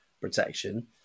protection